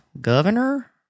governor